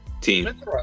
team